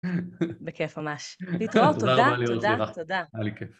בכיף ממש, להתראות, תודה, תודה, תודה, היה לי כיף.